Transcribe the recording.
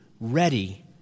ready